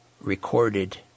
recorded